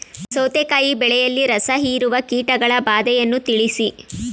ಸೌತೆಕಾಯಿ ಬೆಳೆಯಲ್ಲಿ ರಸಹೀರುವ ಕೀಟಗಳ ಬಾಧೆಯನ್ನು ತಿಳಿಸಿ?